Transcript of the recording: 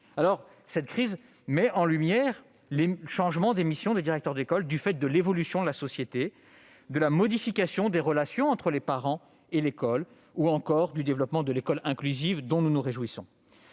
Cette crise met en lumière le changement des missions des directeurs d'école du fait de l'évolution de la société, de la modification des relations entre les parents et l'école, ou encore du développement de l'école inclusive, dont nous nous réjouissons.